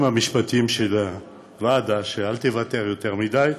המשפטיים של הוועדה: אל תוותר יותר מדי.